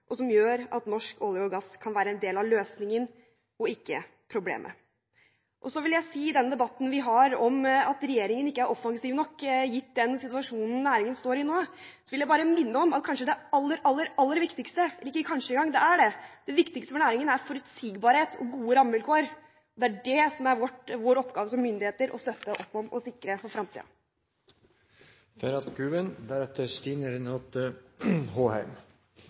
og som gjør at norsk olje og gass kan være en del av løsningen og ikke problemet. Når det gjelder debatten om at regjeringen ikke er offensiv nok, gitt den situasjonen næringen nå står i, vil jeg bare minne om at kanskje det aller, aller viktigste – ikke kanskje engang, det er det viktigste – for næringen er forutsigbarhet og gode rammevilkår. Det er det som er vår oppgave som myndigheter å støtte opp om og sikre for